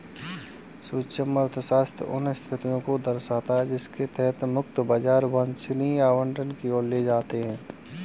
सूक्ष्म अर्थशास्त्र उन स्थितियों को दर्शाता है जिनके तहत मुक्त बाजार वांछनीय आवंटन की ओर ले जाते हैं